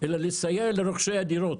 אלא לסייע לרוכשי הדירות.